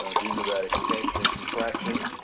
due to that expansion and contraction.